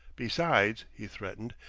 besides, he threatened,